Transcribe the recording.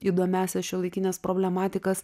įdomiąsias šiuolaikines problematikas